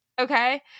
Okay